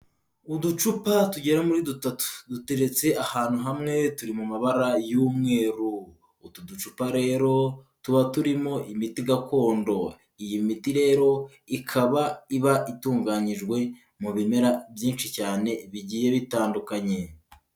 Uducupa tugera muri dutatu duteretse ahantu hamwe turi mu mabara y'umweru, utu ducupa rero tuba turimo imiti gakondo, iyi miti rero ikaba iba itunganyijwe mu bimera byinshi cyane bigiye bitandukanye.